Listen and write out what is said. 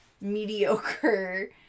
mediocre